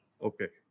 Okay